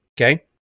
Okay